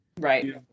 Right